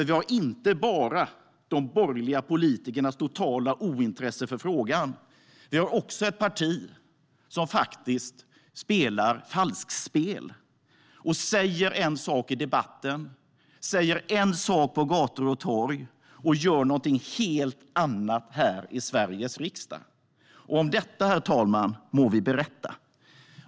Vi har inte bara de borgerliga politikernas totala ointresse för frågan, utan vi har också ett parti som faktiskt spelar falskspel. De säger en sak i debatten och en sak på gator och torg, och sedan gör de någonting helt annat här i Sveriges riksdag. Om detta, herr talman, må vi berätta.